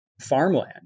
farmland